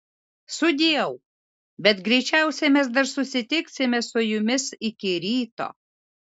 sudieu bet greičiausiai mes dar susitiksime su jumis iki ryto